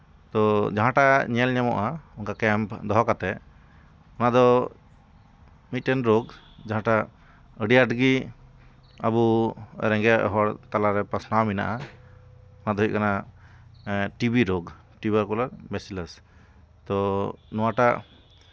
ᱛᱳ ᱡᱟᱦᱟᱸᱴᱟᱜ ᱧᱮᱞ ᱧᱟᱢᱚᱜᱼᱟ ᱚᱱᱠᱟ ᱠᱮᱢᱯ ᱫᱚᱦᱚ ᱠᱟᱛᱮᱫ ᱟᱫᱚ ᱢᱤᱫᱴᱮᱱ ᱨᱳᱜᱽ ᱡᱟᱦᱟᱸᱴᱟᱜ ᱟᱹᱰᱤ ᱟᱸᱴ ᱜᱮ ᱟᱵᱚ ᱨᱮᱸᱜᱮᱡ ᱦᱚᱲ ᱛᱟᱞᱟᱨᱮ ᱯᱟᱥᱱᱟᱣ ᱢᱮᱱᱟᱜᱼᱟ ᱚᱱᱟᱫᱚ ᱦᱩᱭᱩᱜ ᱠᱟᱱᱟ ᱴᱤᱵᱤ ᱨᱳᱜᱽ ᱴᱤᱭᱩᱵᱟᱨᱠᱩᱞᱟᱨ ᱢᱮᱥᱤᱞᱟᱥ ᱛᱳ ᱱᱚᱣᱟᱴᱟᱜ